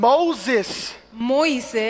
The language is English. Moses